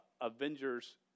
Avengers